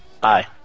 bye